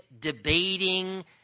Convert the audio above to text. debating